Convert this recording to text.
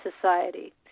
society